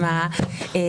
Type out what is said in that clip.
יגיע.